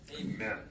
Amen